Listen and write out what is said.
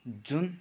June